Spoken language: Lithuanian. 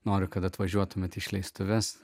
noriu kad atvažiuotumėte į išleistuves